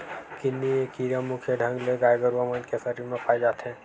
किन्नी ए कीरा मुख्य ढंग ले गाय गरुवा मन के सरीर म पाय जाथे